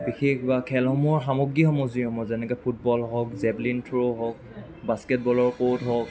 বিশেষ বা খেলসমূহৰ সামগ্ৰীসমূহ যিসমূহ যেনেকৈ ফুটবল হওক জেবলিন থ্ৰ' হওক বাস্কেট বলৰ কৰ্ট হওক